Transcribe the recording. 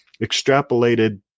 extrapolated